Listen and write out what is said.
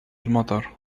المطر